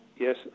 Yes